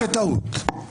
היא התבררה כטעות.